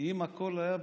אם הכול היה בסדר.